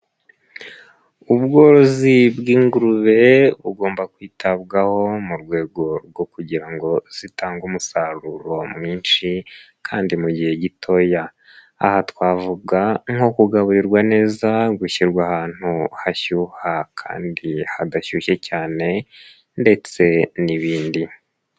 Ubworozi bw'ingurube bugomba kwitabwaho mu rwego rwo kugira ngo zitange umusaruro mwinshi kandi mu gihe gitoya, aha twavuga nko kugaburirwa neza, gushyirwa ahantu hashyuha kandi hadashyushye cyane ndetse n'ibindi.